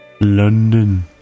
London